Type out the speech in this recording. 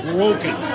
Broken